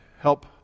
help